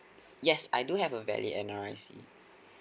yes I do have a valid N_R_I_C